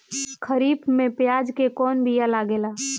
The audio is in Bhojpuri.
खरीफ में प्याज के कौन बीया लागेला?